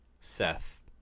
Seth